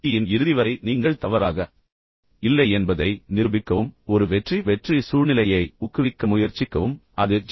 யின் இறுதி வரை நீங்கள் தவறாக இல்லை என்பதை நிரூபிக்கவும் ஒட்டுமொத்தமாக ஒரு வெற்றி வெற்றி சூழ்நிலையை ஊக்குவிக்க முயற்சிக்கவும் அது ஜி